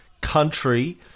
country